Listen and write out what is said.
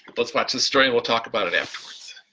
but let's watch this story and we'll talk about it afterwards.